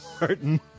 Martin